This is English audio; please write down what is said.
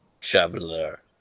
Traveler